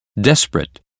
Desperate